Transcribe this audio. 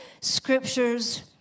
scriptures